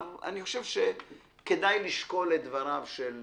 אבל כדאי לשקול את דבריו של